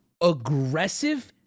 aggressive